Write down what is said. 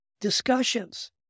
discussions